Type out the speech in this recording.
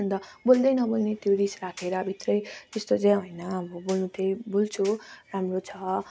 अन्त बोल्दै नबोल्ने त्यो रिस राखेर भित्रै त्यस्तो चाहिँ होइन अब बोल्नु चाहिँ बोल्छु राम्रो छ